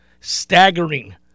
staggering